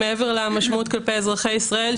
מעבר למשמעות כלפי אזרחי ישראל,